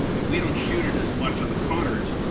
and we don't shoot it as much on the conners,